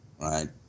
right